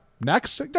next